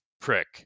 prick